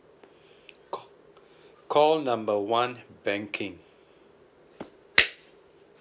call call number one banking